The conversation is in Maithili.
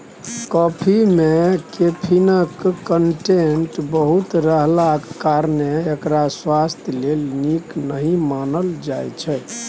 कॉफी मे कैफीनक कंटेंट बहुत रहलाक कारणेँ एकरा स्वास्थ्य लेल नीक नहि मानल जाइ छै